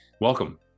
welcome